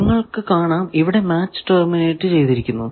നിങ്ങൾക്കു കാണാം ഇവിടെ മാച്ച് ടെർമിനേറ്റ് ചെയ്തിരിക്കുന്നു